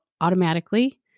automatically